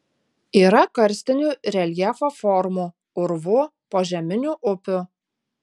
yra karstinių reljefo formų urvų požeminių upių